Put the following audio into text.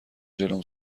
جلوم